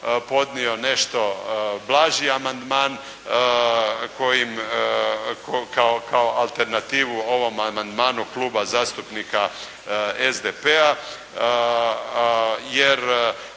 podnio nešto blaži amandman kojim kao alternativu ovom amandmanu Kluba zastupnika SDP-a, jer